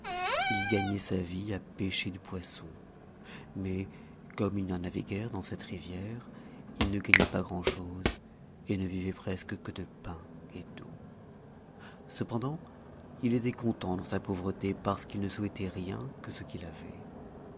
il gagnait sa vie à pêcher du poisson mais comme il n'y en avait guère dans cette rivière il ne gagnait pas grand-chose et ne vivait presque que de pain et d'eau cependant il était content dans sa pauvreté parce qu'il ne souhaitait rien que ce qu'il avait